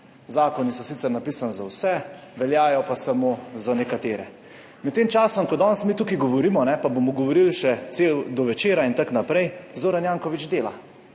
Zakoni so sicer napisani za vse, veljajo pa samo za nekatere. Med tem časom, ko danes mi tukaj govorimo, pa bomo govorili še do večera in tako naprej, Zoran Janković dela,